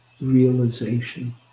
realization